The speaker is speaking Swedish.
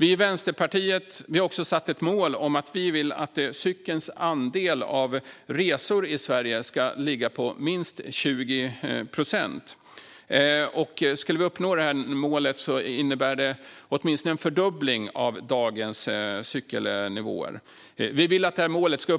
Vi i Vänsterpartiet har också satt ett mål om att cykelns andel av resorna i Sverige ska ligga på minst 20 procent. Skulle vi uppnå detta mål innebär det åtminstone en fördubbling av dagens cykelnivåer. Vi vill att detta mål ska